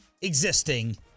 existing